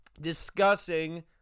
discussing